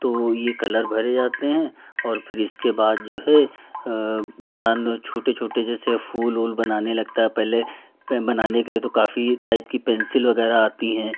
तो ये कलर भरे जाते हैं और फिर इसके बाद जो है इंसान ओ छोटे छोटे जैसे फूल ऊल बनाने लगता है पहले बनाने के लिए तो काफ़ी टाइप की पेन्सिल वगैरह आती हैं